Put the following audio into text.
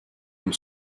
une